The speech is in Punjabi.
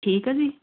ਠੀਕ ਆ ਜੀ